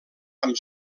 amb